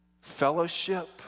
fellowship